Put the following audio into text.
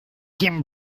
dem